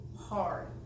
hard